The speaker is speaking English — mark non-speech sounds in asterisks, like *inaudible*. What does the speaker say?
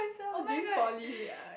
oh-my-god *breath*